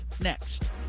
next